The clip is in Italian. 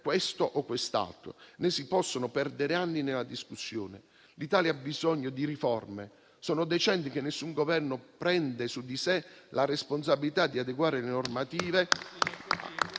questo o quest'altro", né si possono perdere anni nella discussione. L'Italia ha bisogno di riforme. Sono decenni che nessun Governo prende su di sé la responsabilità di adeguare le normative